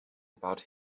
about